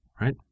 right